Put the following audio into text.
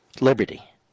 Liberty